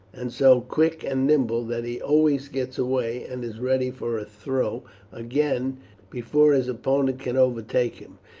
and so quick and nimble that he always gets away, and is ready for a throw again before his opponent can overtake him.